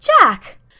Jack